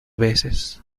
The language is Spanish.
veces